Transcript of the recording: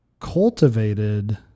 cultivated